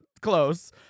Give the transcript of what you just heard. close